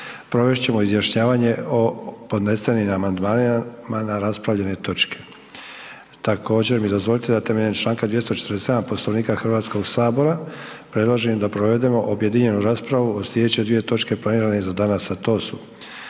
provest ćemo izjašnjavanje o podnesenim amandmanima na raspravljene točke. Također mi dozvolite da temeljem čl. 247. Poslovnika HS predložim da provedemo objedinjenu raspravu o slijedeće dvije točke planiranih za danas, a to su: